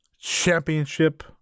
Championship